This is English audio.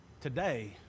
today